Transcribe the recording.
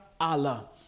Allah